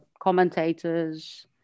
commentators